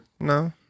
No